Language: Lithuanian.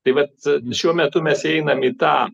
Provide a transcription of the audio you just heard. taip vat šiuo metu mes einam į tą